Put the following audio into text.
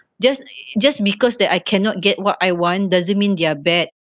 just just because that I cannot get what I want doesn't mean they are bad